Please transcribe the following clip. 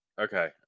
Okay